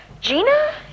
gina